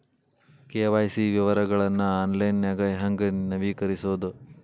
KYC ವಿವರಗಳನ್ನ ಆನ್ಲೈನ್ಯಾಗ ಹೆಂಗ ನವೇಕರಿಸೋದ